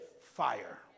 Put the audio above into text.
fire